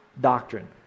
doctrine